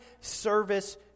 service